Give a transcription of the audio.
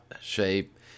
shape